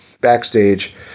backstage